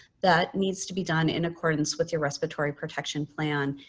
that needs to be done in accordance with your respiratory protection plan,